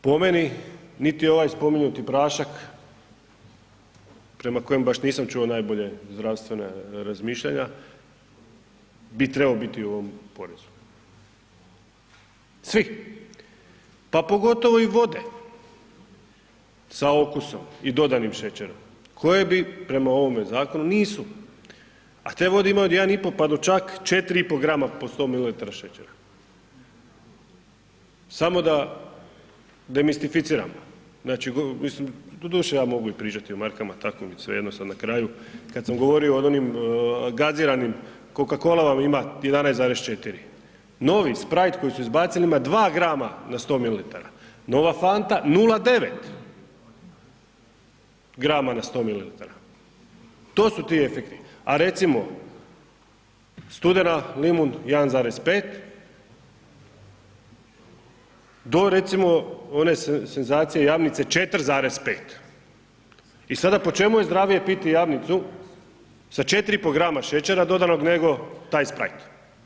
Po meni niti ovaj spomenuti prašak prema kojem baš nisam čuo najbolje zdravstvene razmišljanja bi trebao biti u ovom porezu, svi, pa pogotovo i vode sa okusom i dodanim šećerom koje bi prema ovome zakonu nisu, a te vode ima od 1,5 pa do 4,5 gr. po 100 ml. šećera, samo da demistificiramo, znači, mislim, doduše ja mogu i pričati o markama, tako mi svejedno sad na kraju, kad sam govorio od onim gaziranim, u Coca Colama ima 11,4, novi Sprite koji su izbacili ima 2 gr. na 100 ml., nova fanta 0,9 gr. na 100 ml., to su ti efekti, a recimo Studena limun 1,5 do recimo one senzacije Jamnice 4,5 i sada po čemu je zdravije piti Jamnicu sa 4,5 gr. šećera dodanog nego taj Sprite?